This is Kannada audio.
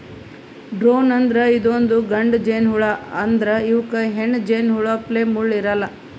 ಡ್ರೋನ್ ಅಂದ್ರ ಇದೊಂದ್ ಗಂಡ ಜೇನಹುಳಾ ಆದ್ರ್ ಇವಕ್ಕ್ ಹೆಣ್ಣ್ ಜೇನಹುಳಪ್ಲೆ ಮುಳ್ಳ್ ಇರಲ್ಲಾ